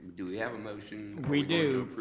do we have motion? we do,